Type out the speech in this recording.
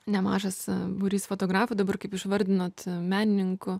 nemažas būrys fotografų dabar kaip išvardinot menininkų